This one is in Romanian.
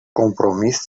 compromis